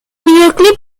videoclip